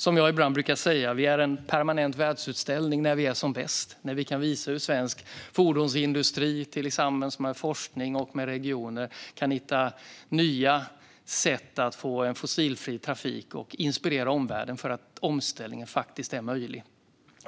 Som jag ibland brukar säga: Sverige är en permanent världsutställning när vi är som bäst - när vi kan visa hur svensk fordonsindustri tillsammans med forskning och med regioner kan hitta nya sätt att få en fossilfri trafik och när vi kan inspirera omvärlden genom att visa att omställningen faktiskt är möjlig.